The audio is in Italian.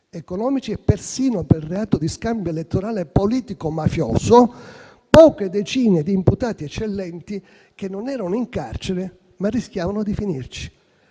e persino per il reato di scambio elettorale politico-mafioso: poche decine di imputati eccellenti che non erano in carcere, ma rischiavano di finirci.